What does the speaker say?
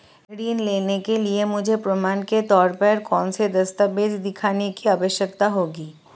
ऋृण लेने के लिए मुझे प्रमाण के तौर पर कौनसे दस्तावेज़ दिखाने की आवश्कता होगी?